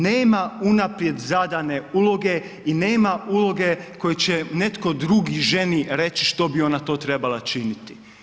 Nema unaprijed zadane uloge i nema uloge koju će netko drugi ženi reći što bi ona to trebala činiti.